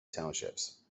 townships